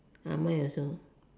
mine also